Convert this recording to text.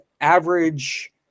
average